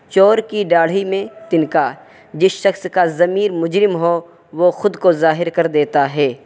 چور کی داڑھی میں تنکا جس شخص کا ضمیر مجرم ہو وہ خود کو ظاہر کردیتا ہے